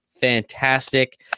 fantastic